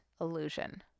illusion